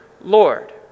Lord